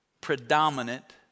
predominant